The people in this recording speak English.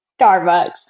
Starbucks